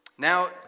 Now